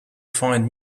find